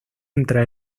entre